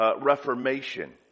Reformation